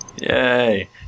Yay